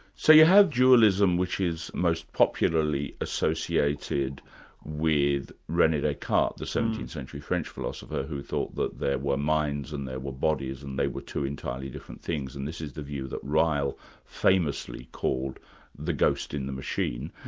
so you have dualism, which is most popularly associated with rene descartes, the seventeenth century french philosopher who thought that there were minds and there were bodies and they were two entirely different things, and this is the view that ryle famously called the ghost in the machine.